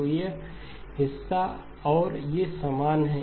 तो ये हिस्सा हैं और ये समान हैं